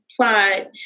plot